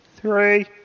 three